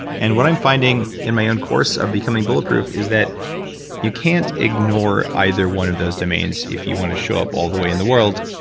and what i'm finding in my own course of becoming bulletproof is that you can't ignore either one of those domains if you want to show up all the way in the world.